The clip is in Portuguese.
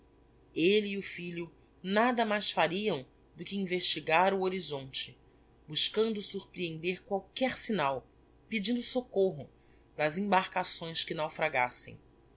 elle e o filho nada mais fariam do que investigar o horisonte buscando surprehender qualquer signal pedindo soccorro das embarcações que